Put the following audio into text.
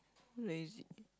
lazy